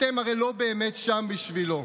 אתם הרי לא באמת שם בשבילו.